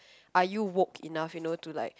are you work enough you know to like